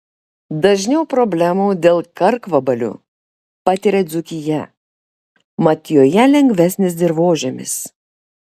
dažniau problemų dėl karkvabalių patiria dzūkija mat joje lengvesnis dirvožemis